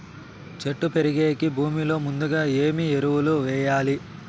చెట్టు పెరిగేకి భూమిలో ముందుగా ఏమి ఎరువులు వేయాలి?